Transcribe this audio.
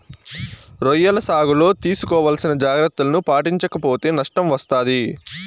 రొయ్యల సాగులో తీసుకోవాల్సిన జాగ్రత్తలను పాటించక పోతే నష్టం వస్తాది